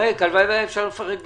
הלוואי והיה אפשר לפרק בדיחות.